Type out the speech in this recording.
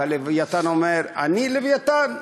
והלווייתן אומר: אני לווייתן.